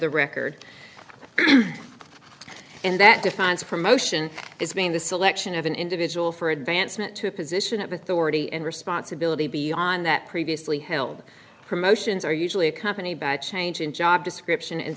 the record and that defines promotion is being the selection of an individual for advancement to a position of authority and responsibility beyond that previously held promotions are usually accompanied by a change in job description and